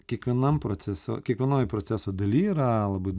kiekvienam proceso kiekvienoj proceso daly yra labai